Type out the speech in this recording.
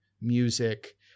music